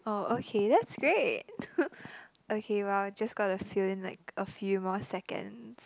oh okay that's great okay well just gotta fill in like a few more seconds